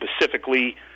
specifically